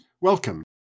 Welcome